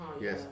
yes